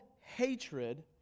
hatred